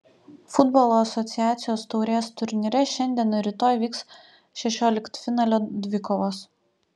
futbolo asociacijos taurės turnyre šiandien ir rytoj vyks šešioliktfinalio dvikovos